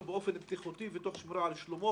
באופן בטיחותי ותוך שמירה על שלומו,